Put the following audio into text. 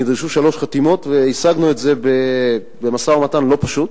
נדרשו שלוש חתימות והשגנו את זה במשא-ומתן לא פשוט,